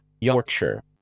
Yorkshire